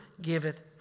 giveth